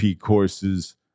courses